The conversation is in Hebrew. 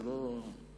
זה לא געפערלאך.